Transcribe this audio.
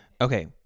okay